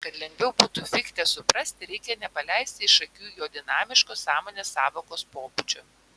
kad lengviau būtų fichtę suprasti reikia nepaleisti iš akių jo dinamiško sąmonės sąvokos pobūdžio